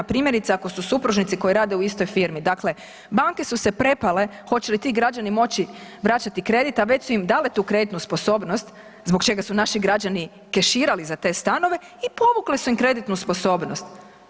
Primjerice ako su supružnici koji rade u istoj firmi, dakle banke su se prepale hoće li ti građani moći vraćati kredit, a već su im dale tu kreditnu sposobnost zbog čega su naši građani keširali za te stanove i povukli su im kreditnu sposobnost.